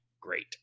Great